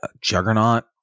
Juggernaut